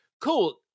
cool